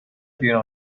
بیرون